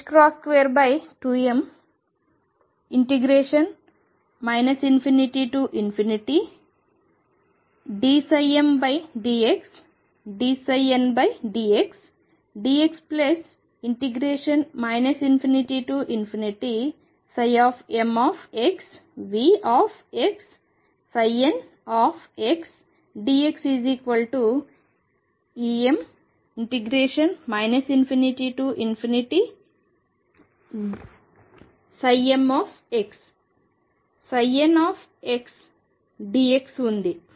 22m ∞dmdxdndxdx ∞mVxndxEm ∞mxndx ఉంది